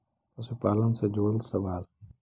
पशुपालन से जुड़ल सवाल?